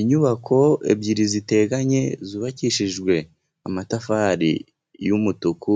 Inyubako ebyiri ziteganye zubakishijwe amatafari y'umutuku,